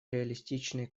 реалистичные